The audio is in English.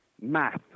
math